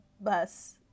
bus